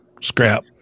scrap